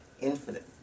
infinite